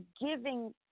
giving